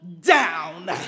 down